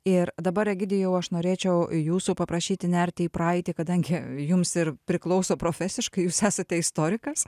ir dabar egidijau aš norėčiau jūsų paprašyti nerti į praeitį kadangi jums ir priklauso profesiškai jūs esate istorikas